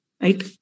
right